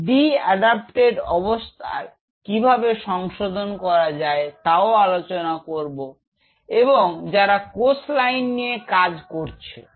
এই de adapted অবস্থার কিভাবে সংশোধন করা যায় তাও আলোচনা করব এবং যারা কোষ লাইন নিয়ে কাজ করছে